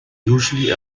usually